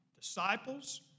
Disciples